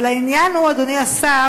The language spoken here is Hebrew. אבל העניין הוא, אדוני השר,